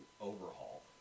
Overhaul